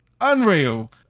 unreal